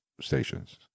stations